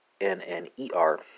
N-N-E-R